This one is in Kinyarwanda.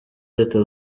leta